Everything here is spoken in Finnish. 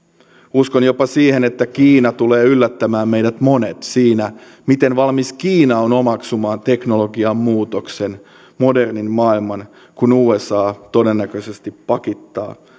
uskon jopa siihen että kiina tulee yllättämään meidät monet siinä miten valmis kiina on omaksumaan teknologian muutoksen modernin maailman kun usa todennäköisesti pakittaa